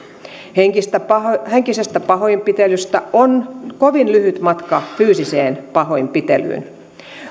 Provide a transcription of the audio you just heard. henkisestä pahoinpitelystä on kovin lyhyt matka fyysiseen pahoinpitelyyn